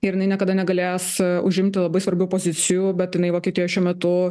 ir jinai niekada negalės užimti labai svarbių pozicijų bet jinai vokietijoj šiuo metu